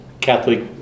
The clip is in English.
Catholic